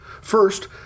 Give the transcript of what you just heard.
First